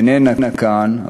איננה כאן,